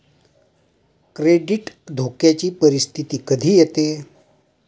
credit धोक्याची परिस्थिती कधी येते